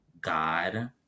God